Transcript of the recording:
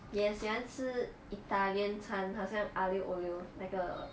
也喜欢吃 italian 餐好像 aglio olio 那个